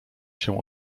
się